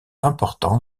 importants